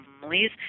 families